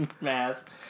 mask